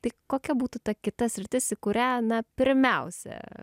tai kokia būtų ta kita sritis į kurią na pirmiausia